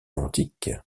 antique